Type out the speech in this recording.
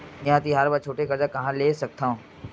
मेंहा तिहार बर छोटे कर्जा कहाँ ले सकथव?